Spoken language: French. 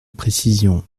précision